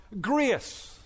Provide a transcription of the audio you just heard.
grace